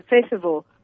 festival